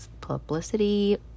publicity